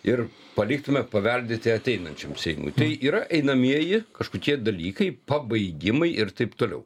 ir paliktume paveldėti ateinančiam seimui tai yra einamieji kažkokie dalykai pabaigimui ir taip toliau